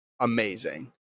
amazing